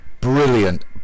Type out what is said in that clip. brilliant